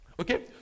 Okay